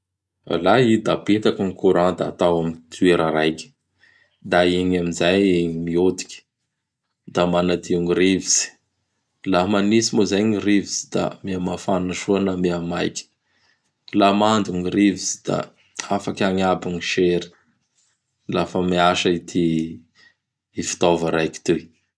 Alay i da apetaky gny courant da atao amin'gny toera raiky; da igny amin'izay miodiky da manadio gny rivotsy. Laha manitsy moa izay gny rivotsy da mihamafana soa na mihamaiky. K la mando gny rivotsy da afaky agny aby gny sery lafa miasa ity fitaova raiky toy.